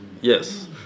Yes